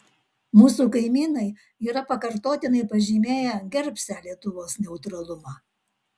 mūsų kaimynai yra pakartotinai pažymėję gerbsią lietuvos neutralumą